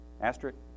Asterisk